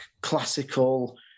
classical